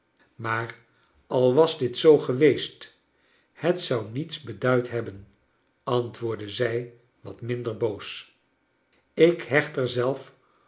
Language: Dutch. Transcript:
maar al was dit zoo geweest het zou niets beduid hebben antwoordde zij wat minder boos ik hecht er zelf